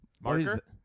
marker